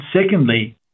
secondly